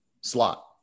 slot